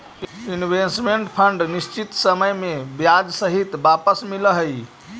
investment fund निश्चित समय में ब्याज सहित वापस मिल जा हई